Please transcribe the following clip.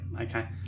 okay